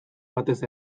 batez